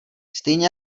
stejně